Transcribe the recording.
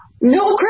No